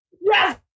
Yes